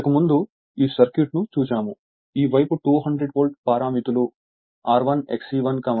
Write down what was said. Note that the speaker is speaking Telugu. ఇంతకుముందు ఈ సర్క్యూట్ను చూశాము ఈ వైపు 200 వోల్ట్ పారామితులు R Xe1 Rc Xm అన్నీ ఇవ్వబడ్డాయి